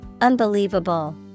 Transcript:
Unbelievable